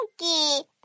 monkey